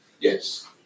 Yes